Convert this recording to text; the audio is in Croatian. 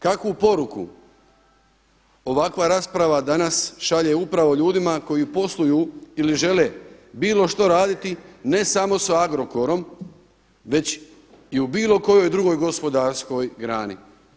Kakvu poruku ovakva rasprava danas šalje upravo ljudima koji posluju ili žele bilo što raditi ne samo sa Agrokorom već i u bilo kojoj drugoj gospodarskoj grani.